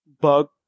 bug